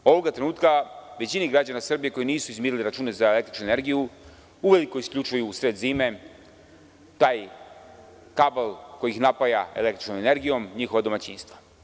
Ovoga trenutka većini građana Srbije, koji nisu izmirili obaveze za električnu energiju, uveliko isključuju u sred zime taj kabl koji napaja električnom energijom njihova domaćinstva.